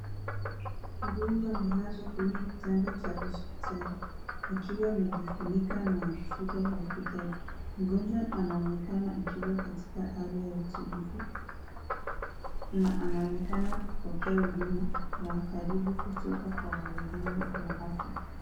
Mgonjwa anelasaa Kwa kitanda ya hospitali akiwa amejifunika na shuka la hospitali mgonjwa anonekana kuwa katika Hali ya utulifu na anaonekana kupokes uduma karibu kujabwa Kwa waudumu ya afya.